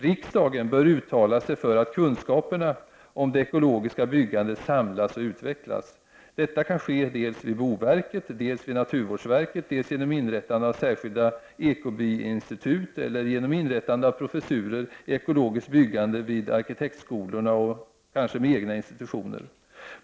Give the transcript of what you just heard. Riksdagen bör uttala sig för att kunskaperna om det ekologiska byggandet samlas och utvecklas. Detta kan ske dels vid boverket, dels vid naturvårdsverket, dels genom inrättande av särskilda ekobyinstitut eller genom inrättande av professurer i ekologiskt byggande vid arkitektskolorna och kanske med egna institutioner.